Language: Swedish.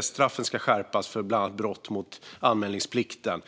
Straffen ska skärpas för bland annat brott mot anmälningsplikten.